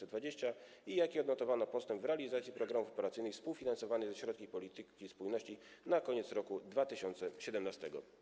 I jaki odnotowano postęp w realizacji programów operacyjnych współfinansowanych ze środków polityki spójności na koniec roku 2017?